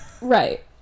right